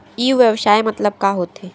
ई व्यवसाय मतलब का होथे?